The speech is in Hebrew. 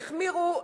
החמירו,